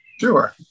Sure